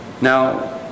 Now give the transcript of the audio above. Now